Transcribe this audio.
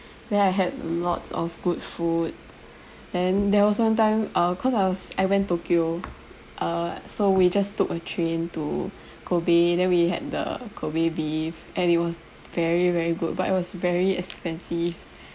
then I had lots of good food then there was one time uh cause I was I went tokyo uh so we just took a train to kobe and then we had the kobe beef and it was very very good but it was very expensive